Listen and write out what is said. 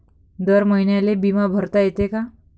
दर महिन्याले बिमा भरता येते का?